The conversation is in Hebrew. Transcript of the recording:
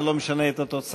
זה לא משנה את התוצאה.